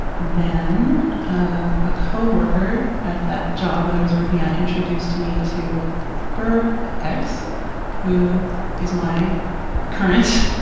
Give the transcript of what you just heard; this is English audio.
then a ah co-worker at that job that i was working at introduced me to her ex who is my current,